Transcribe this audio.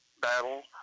battle